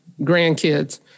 grandkids